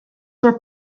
were